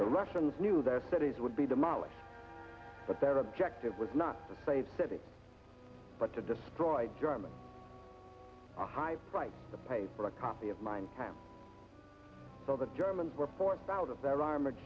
the russians knew their cities would be demolished but their objective was not to save city but to describe german a high price to pay for a copy of mine so the germans were forced out of their armored